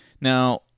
Now